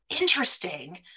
interesting